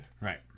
right